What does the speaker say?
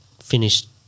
finished